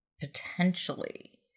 potentially